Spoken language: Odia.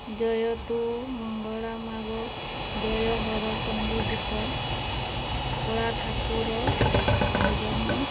ଜୟ ତୁ ମଙ୍ଗଳା ମାଗୋ ଜୟ ହରଚଣ୍ଡୀ ଗୀତ କଳାଠାକୁର ଭଜନ